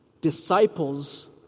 Disciples